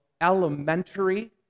elementary